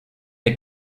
der